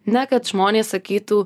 ne kad žmonės sakytų